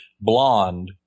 blonde